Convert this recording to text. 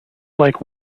like